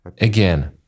again